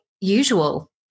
usual